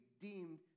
deemed